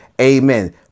amen